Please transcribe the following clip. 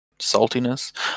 saltiness